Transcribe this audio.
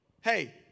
hey